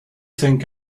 think